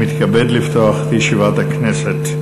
אני מתכבד לפתוח את ישיבת הכנסת.